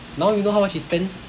now you know how much he spend